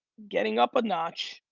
getting up a notch,